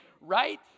Right